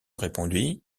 répondit